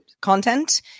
content